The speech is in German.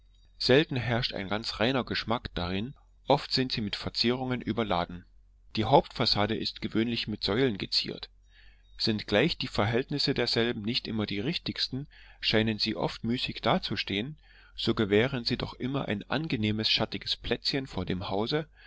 selten herrscht ein ganz reiner geschmack darin oft sind sie mit verzierungen überladen die hauptfassade ist gewöhnlich mit säulen geziert sind gleich die verhältnisse derselben nicht immer die richtigsten scheinen sie oft müßig dazustehen so gewähren sie doch immer ein angenehmes schattiges plätzchen vor dem hause